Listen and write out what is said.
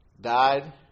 Died